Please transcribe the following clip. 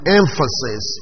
emphasis